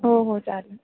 हो हो चालेल